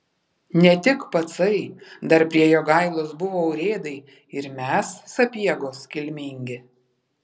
ne tik pacai dar prie jogailos buvo urėdai ir mes sapiegos kilmingi